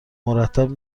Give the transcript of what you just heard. مرتب